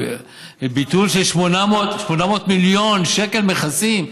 וביטול של 800 מיליון שקל מכסים.